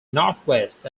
northwest